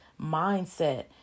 mindset